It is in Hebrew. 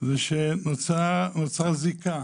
שנוצרה זיקה